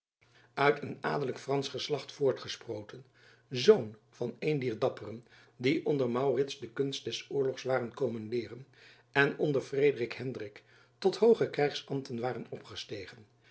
uit een adelijk fransch geslacht voortgesproten zoon van een dier dapperen die onder maurits de kunst des oorlogs waren komen leeren en onder frederik hendrik tot hooger krijgsambten waren opgestegen